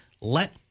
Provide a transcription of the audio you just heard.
Let